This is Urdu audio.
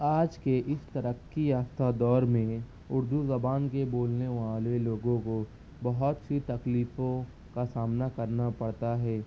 آج کے اس ترقی یافتہ دور میں اردو زبان کے بولنے والے لوگوں کو بہت سی تکلیفوں کا سامنا کرنا پڑتا ہے